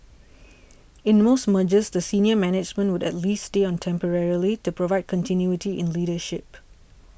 in most mergers the senior management would at least stay on temporarily to provide continuity in leadership